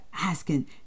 asking